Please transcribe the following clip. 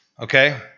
Okay